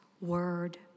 word